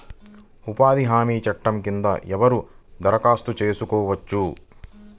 ఉపాధి హామీ చట్టం కింద ఎవరు దరఖాస్తు చేసుకోవచ్చు?